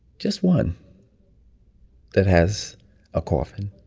just one that has a coffin.